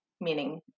meaning